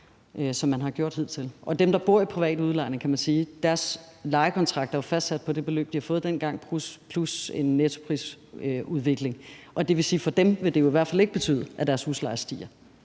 som man har gjort hidtil. Og for dem, der bor privat til leje, er deres lejekontrakter jo fastsat på det beløb, de har fået fastsat dengang, plus en netto prisudvikling. Det vil sige, at for dem vil det jo i hvert fald ikke betyde, at deres husleje stiger.